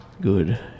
Good